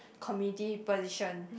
committee position